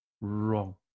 wrong